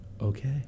okay